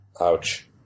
Ouch